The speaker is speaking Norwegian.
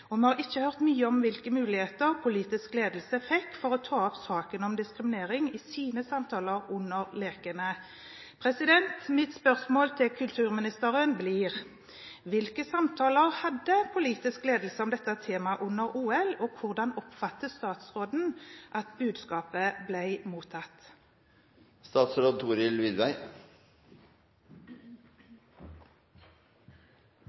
vi har ikke hørt mye om hvilke muligheter politisk ledelse fikk til å ta opp saken om diskriminering i sine samtaler under lekene. Mitt spørsmål til kulturministeren blir: Hvilke samtaler hadde politisk ledelse om dette temaet under OL, og hvordan oppfatter statsråden at budskapet ble mottatt?